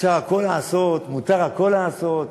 אפשר לעשות הכול, מותר הכול לעשות,